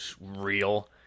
real